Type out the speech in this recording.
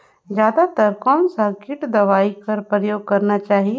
जादा तर कोन स किट दवाई कर प्रयोग करना चाही?